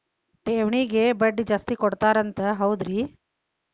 ಠೇವಣಿಗ ಬಡ್ಡಿ ಜಾಸ್ತಿ ಕೊಡ್ತಾರಂತ ಹೌದ್ರಿ?